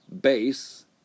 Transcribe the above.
base